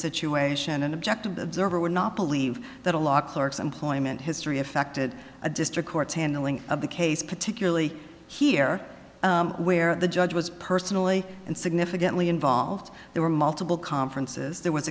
situation an objective observer or not believe that a law clerks employment history affected a district court's handling of the case particularly here where the judge was personally and significantly involved there were multiple conferences there was